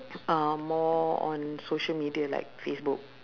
uh more on social media like facebook